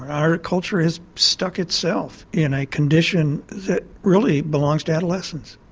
our culture is stuck itself in a condition that really belongs to adolescents,